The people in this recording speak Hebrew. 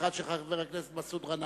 והשנייה של חבר הכנסת מסעוד גנאים.